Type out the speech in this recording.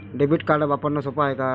Debit card वापरणं सोप हाय का?